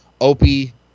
Opie